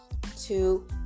Two